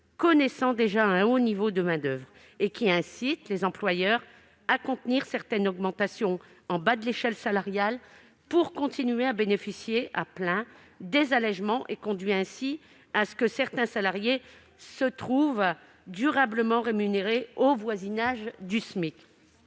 connaissant déjà un haut niveau de main-d'oeuvre. Il incite les employeurs à contenir certaines augmentations en bas de l'échelle salariale pour continuer à bénéficier à plein des allégements, conduisant ainsi à ce que certains salariés se trouvent durablement rémunérés au voisinage du SMIC.